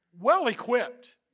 Well-equipped